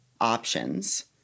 options